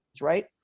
right